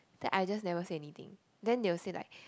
then I just never say anything then they will say like